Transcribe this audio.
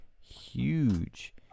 huge